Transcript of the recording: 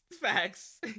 Facts